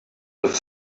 have